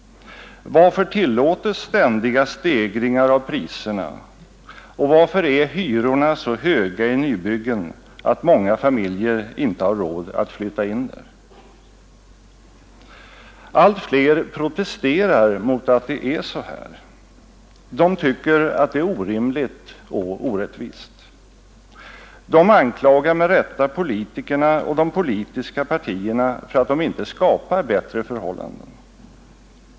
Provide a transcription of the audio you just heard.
Varför tillåtes ständiga stegringar av priserna, och varför är hyrorna så höga i nybyggen att många familjer inte har råd att flytta in där? Allt fler protesterar mot att det är så här. De tycker det är orimligt och orättvist. De anklagar med rätta politikerna och de politiska partierna för att dessa inte skapar bättre förhållanden.